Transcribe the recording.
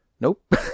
Nope